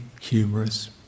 humorous